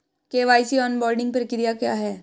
KYC onboarding प्रक्रिया क्या है?